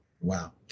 Wow